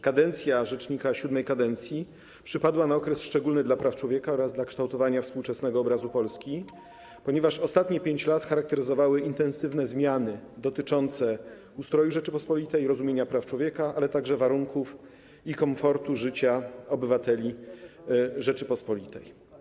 Kadencja rzecznika VII kadencji przypadła na okres szczególny, jeśli chodzi o prawa człowieka oraz kształtowanie współczesnego obrazu Polski, ponieważ ostatnie 5 lat cechowały intensywne zmiany dotyczące ustroju Rzeczypospolitej, rozumienia praw człowieka, ale także warunków i komfortu życia obywateli Rzeczypospolitej.